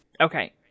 Okay